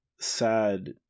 sad